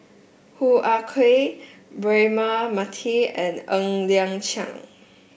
Hoo Ah Kay Braema Mathi and Ng Liang Chiang